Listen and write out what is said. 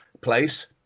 place